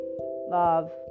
love